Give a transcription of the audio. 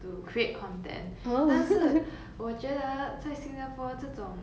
to create content 但是我觉得在新加坡这种